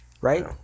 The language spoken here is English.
Right